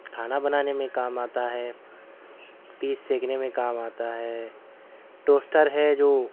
کھانا بنانے میں کام آتا ہے پیس سینکنے میں کام آتا ہے ٹوسٹر ہے جو